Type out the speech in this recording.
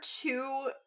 two